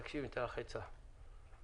אתן לך עצה: